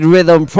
Rhythm